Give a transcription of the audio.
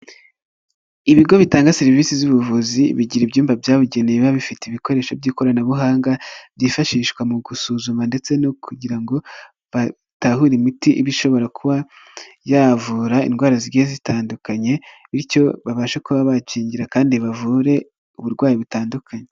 Ibigo bitanga serivisi z'ubuvuzi, bigira ibyumba byabugene bifite ibikoresho by'ikoranabuhanga byifashishwa mu gusuzuma ndetse no kugira ngo batahure imiti iba ishobora kuba yavura indwara zigiye zitandukanye bityo babashe kuba bakingira kandi bavure uburwayi butandukanye.